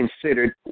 considered